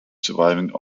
surviving